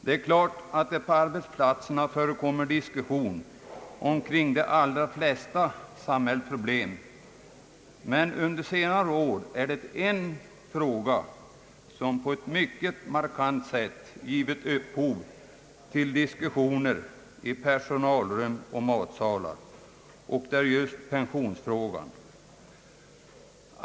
Det är klart att det på arbetsplatserna förekommer diskussion kring de allra flesta samhällsproblem. Men under senare år är det en fråga som på ett mycket markant sätt givit upphov till diskussioner i personalrum och matsalar, och det är just pensionsfrågan.